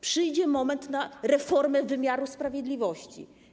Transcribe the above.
Przyjdzie moment na reformę wymiaru sprawiedliwości.